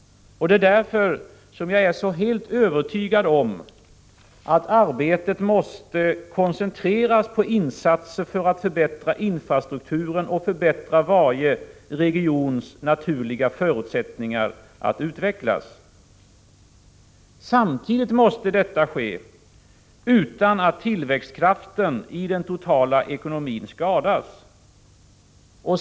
Det är därför som jag är så helt övertygad om att arbetet måste koncentreras på insatser för att förbättra infrastrukturen och förbättra varje regions naturliga förutsättningar att utvecklas. Samtidigt måste detta ske utan att tillväxtkraften i den totala ekonomin skadas.